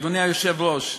אדוני היושב-ראש,